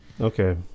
Okay